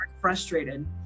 frustrated